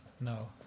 no